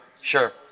Sure